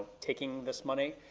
taking this money.